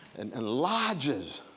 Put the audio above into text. and and lodges,